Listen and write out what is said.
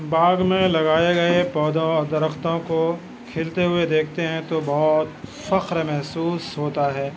باغ میں لگائے گئے پودوں اور درختوں کو کھلتے ہوئے دیکھتے ہیں تو بہت فخر محسوس ہوتا ہے